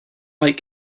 like